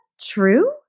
true